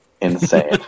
insane